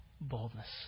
boldness